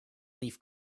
leaf